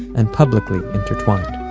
and publicly, intertwined